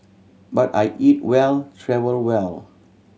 but I eat well travel well